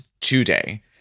today